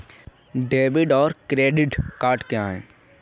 Debit और credit क्या है?